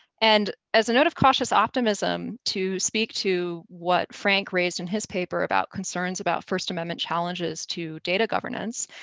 and, as a note of cautious optimism, to speak to what frank raised in his paper about concerns about first amendment challenges to data governance.